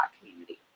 community